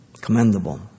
Commendable